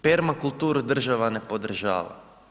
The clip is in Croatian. Permakulturu država ne podržava.